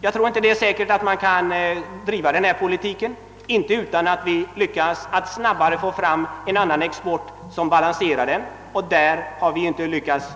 Jag tror emellertid inte det är säkert att man kan driva en sådan politik om vi inte lyckas att snabbare få fram en annan export som balanserar. Därvidlag har vi ju hittills inte lyckats